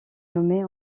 nommée